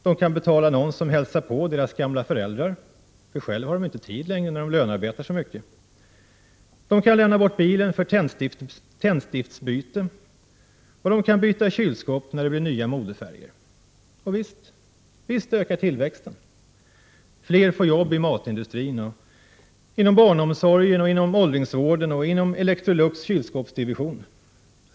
De kan betala någon som hälsar på deras gamla föräldrar, för själva har de inte tid längre när de lönearbetar så mycket. De kan lämna bort bilen för tändstiftsbyte, och de kan byta kylskåp när det blir nya modefärger. Och visst. Visst ökar tillväxten. Fler får jobb i matindustrin, inom barnomsorgen, inom åldringsvården och inom Electrolux kylskåpsdivision.